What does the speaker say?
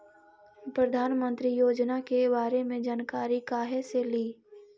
प्रधानमंत्री योजना के बारे मे जानकारी काहे से ली?